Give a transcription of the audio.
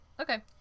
Okay